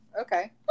Okay